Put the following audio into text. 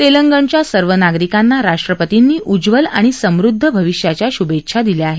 तेलंगणच्या सर्व नागरिकांना राष्ट्रपतींनी उज्ज्वल आणि समृद्ध भविष्याच्या शुभेच्छा दिल्या आहेत